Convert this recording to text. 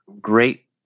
great